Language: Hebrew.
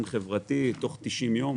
תוך 90 יום.